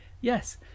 Yes